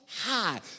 high